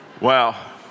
Wow